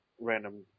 random